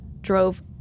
drove